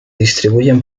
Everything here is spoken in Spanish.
distribuyen